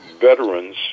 veterans